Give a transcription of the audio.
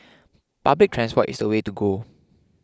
public transport is the way to go